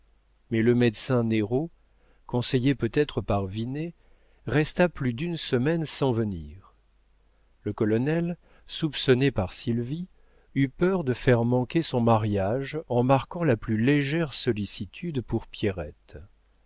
mais le médecin néraud conseillé peut-être par vinet resta plus d'une semaine sans venir le colonel soupçonné par sylvie eut peur de faire manquer son mariage en marquant la plus légère sollicitude pour pierrette